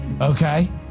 Okay